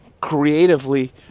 creatively